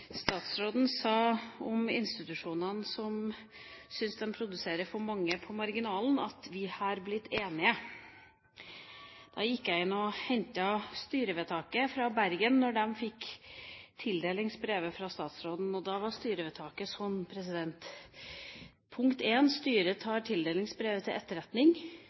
Statsråden sa om institusjonene som syns de produserer for mange på marginalen, at vi har blitt enige. Da gikk jeg inn og hentet styrevedtaket fra Bergen da de fikk tildelingsbrevet fra statsråden. Styrevedtaket var slik: «1. Styret tar tildelingsbrevet til etterretning.